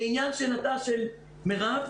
לעניין שאלתה של מירב,